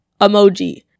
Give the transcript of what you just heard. emoji